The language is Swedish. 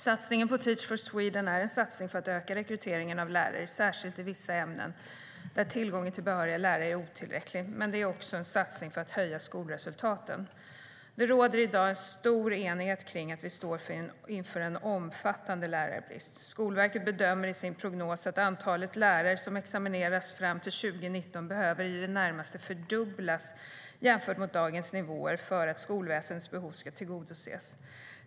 Satsningen på Teach for Sweden är en satsning för att öka rekryteringen av lärare, särskilt i vissa ämnen där tillgången till behöriga lärare är otillräcklig, men också en satsning för att höja skolresultaten. Det råder i dag en stor enighet om att vi står inför en omfattande lärarbrist. Skolverket bedömer i sin prognos att antalet lärare som examineras fram till 2019 behöver i det närmaste fördubblas jämfört med dagens nivåer för att skolväsendets behov ska tillgodoses.